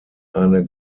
eine